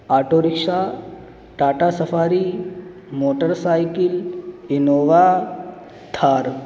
auto rickshaw Tata Safari motorcycle Innova Thar